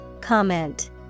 Comment